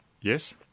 Yes